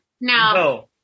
No